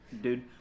Dude